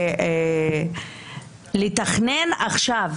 לתכנן עכשיו